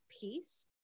piece